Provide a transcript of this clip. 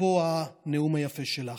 אפרופו הנאום היפה שלך?